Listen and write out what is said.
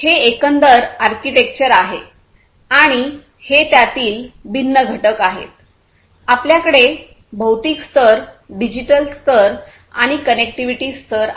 हे एकंदर आर्किटेक्चर आहे आणि हे त्यातील भिन्न घटक आहेत आपल्याकडे भौतिक स्तर डिजिटल स्तर आणि कनेक्टिव्हिटी स्तर आहे